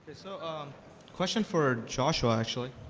so um question for joshua, actually.